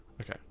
Okay